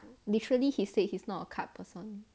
literally he said he's not a card person